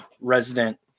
resident